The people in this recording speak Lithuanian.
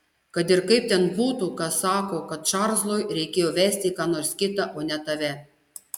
kad ir kaip ten būtų kas sako kad čarlzui reikėjo vesti ką nors kitą o ne tave